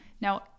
now